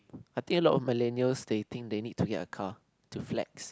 I think a lot of millennials they think they need to get a car to flex